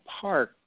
Park